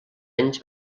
anys